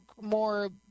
more